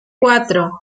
cuatro